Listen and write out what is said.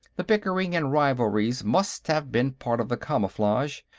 the bickering and rivalries must have been part of the camouflage.